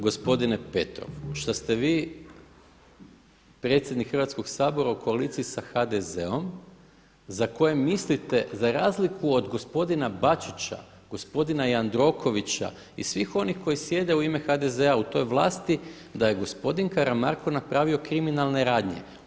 Gospodine Petrov, šta ste vi Predsjednik Hrvatskog sabora u koaliciji sa HDZ-om za koje mislite za razliku od gospodina Bačića, gospodina Jandrokovića i svih onih koji sjede u ime HDZ-a u toj vlasti da je gospodin Karamarko napravio kriminalne radnje?